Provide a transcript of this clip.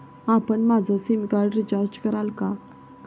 आपण माझं sim card recharge कराल का?